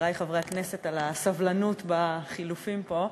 ולחברי חברי הכנסת על הסבלנות בחילופים פה.